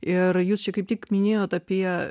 ir jūs čia kaip tik minėjot apie